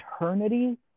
eternity